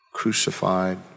crucified